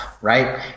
right